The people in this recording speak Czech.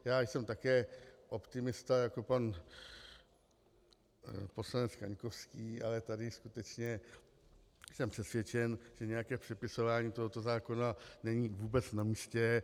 Já jsem také optimista jako pan poslanec Kaňkovský, ale tady skutečně jsem přesvědčen, že nějaké přepisování tohoto zákona není vůbec namístě.